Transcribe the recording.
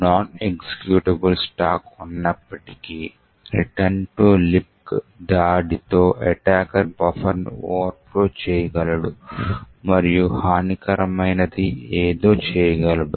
non executable stack ఉన్నప్పటికీ return to libc దాడితో attacker బఫర్ను ఓవర్ ఫ్లో చేయగలడు మరియు హానికరమైనది ఏదో చేయగలడు